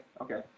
Okay